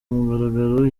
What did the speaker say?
mugaragaro